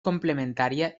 complementària